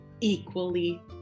equally